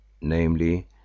Namely